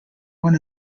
one